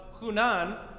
Hunan